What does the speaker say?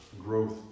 growth